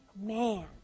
man